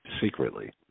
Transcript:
Secretly